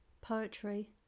poetry